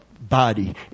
body